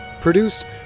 Produced